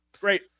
great